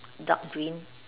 dark green